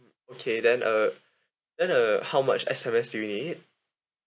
okay then uh then uh how much S_M_S do you need